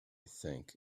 think